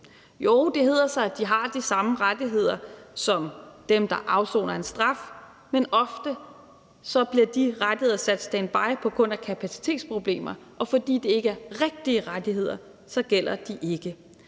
Jo, det hedder sig, at de har de samme rettigheder som dem, der afsoner en straf, men ofte bliver de rettigheder sat standby på grund af kapacitetsproblemer, og fordi det ikke er rigtige rettigheder, gælder de ikke.